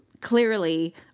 clearly